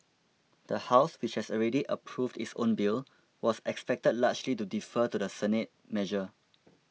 the House which has already approved its own bill was expected largely to defer to the Senate measure